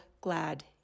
glad